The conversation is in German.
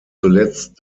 zuletzt